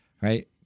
right